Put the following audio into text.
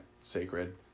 sacred